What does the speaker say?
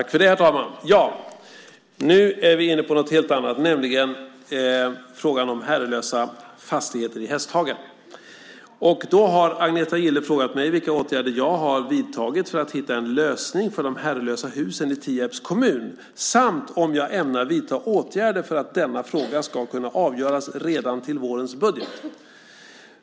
Herr talman! Agneta Gille har frågat mig vilka åtgärder jag har vidtagit för att hitta en lösning för de herrelösa husen i Tierps kommun samt om jag ämnar vidta åtgärder för att denna fråga ska kunna avgöras redan till vårens budget.